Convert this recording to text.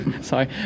sorry